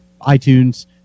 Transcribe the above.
itunes